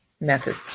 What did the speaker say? methods